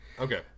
Okay